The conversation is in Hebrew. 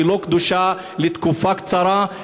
היא לא קדושה לתקופה קצרה.